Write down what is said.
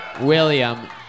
William